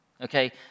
okay